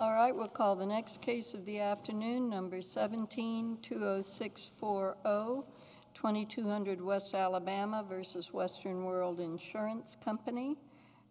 all right well call the next case of the afternoon numbers seventeen to those six four zero twenty two hundred west alabama versus western world insurance company